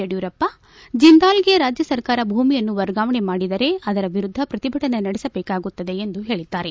ಯಡಿಯೂರಪ್ಪ ಜಂದಾಲ್ಗೆ ರಾಜ್ಸರ್ಕಾರ ಭೂಮಿಯನ್ನು ವರ್ಗಾವಣೆ ಮಾಡಿದರೆ ಅದರ ವಿರುದ್ದ ಪ್ರತಿಭುನೆ ನಡೆಸಬೇಕಾಗುತ್ತದೆ ಎಂದು ಹೇಳದ್ಲಾರೆ